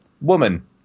Woman